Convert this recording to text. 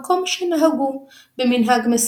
פרשנות זו נשמרה בימי הביניים,